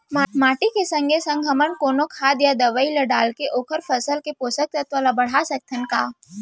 माटी के संगे संग हमन कोनो खाद या दवई ल डालके ओखर फसल के पोषकतत्त्व ल बढ़ा सकथन का?